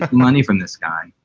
money from this guy.